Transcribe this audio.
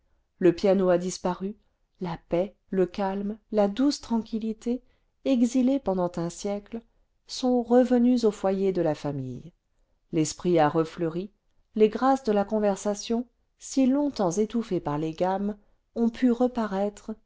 le piano a disparu la paix le calme la douce tranquillité exilés pendant un siècle sont revenus au foyer de la famille l'esprit a refleuri les grâces de la conversation si longtemps étouffées par les gammes ont pu reparaître